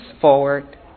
forward